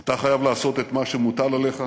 אתה חייב לעשות את מה שמוטל עליך,